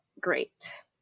great